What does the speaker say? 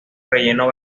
relleno